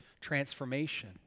transformation